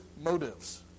motives